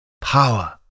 power